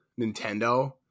nintendo